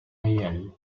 réel